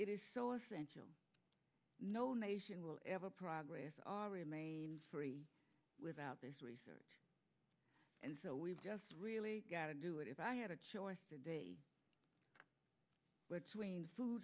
it is so essential no nation will ever progress all remain free without this research and so we've just really got to do it if i had a choice today which means food